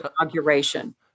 inauguration